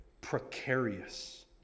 precarious